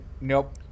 Nope